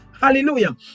Hallelujah